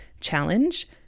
challenge